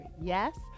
Yes